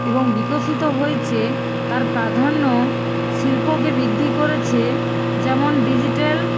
এবং বিকশিত হয়েছে তার প্রাধান্য শিল্পকে বৃদ্ধি করেছে যেমন ডিজিটাল